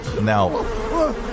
now